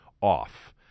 off